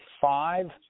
five